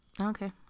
Okay